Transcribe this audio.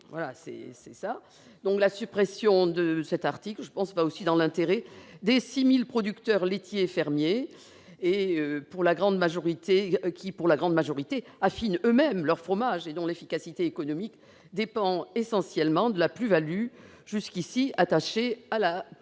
La suppression de l'article va donc, me semble-t-il, dans l'intérêt des 6 000 producteurs laitiers fermiers, qui, pour la grande majorité, affinent eux-mêmes leurs fromages et dont l'efficacité économique dépend essentiellement de la plus-value jusqu'à présent attachée à la mention